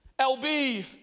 LB